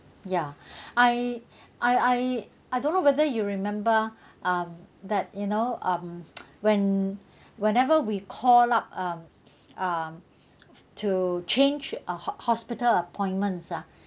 ya I I I I don't know whether you remember um that you know um when~ whenever we call up um um to change uh h~ hospital appointments ah